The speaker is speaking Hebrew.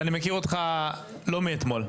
ואני מכיר אותך לא מאתמול,